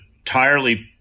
entirely